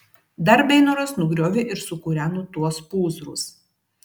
dar beinoras nugriovė ir sukūreno tuos pūzrus